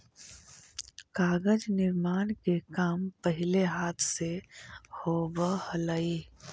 कागज निर्माण के काम पहिले हाथ से होवऽ हलइ